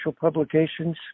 publications